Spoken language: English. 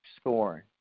scoring